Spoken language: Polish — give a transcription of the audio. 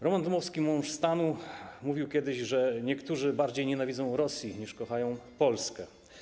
Roman Dmowski, mąż stanu, mówił kiedyś, że niektórzy bardziej nienawidzą Rosji, niż kochają Polskę.